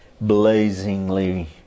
blazingly